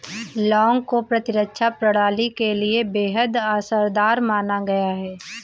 लौंग को प्रतिरक्षा प्रणाली के लिए बेहद असरदार माना गया है